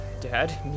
Dad